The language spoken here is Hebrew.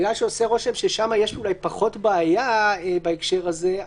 בגלל שעושה רושם ששם יש אולי פחות בעיה בהקשר הזה,